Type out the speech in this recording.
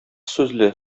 сүзле